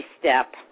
step